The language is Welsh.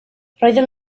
roedden